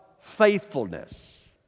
faithfulness